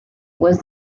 was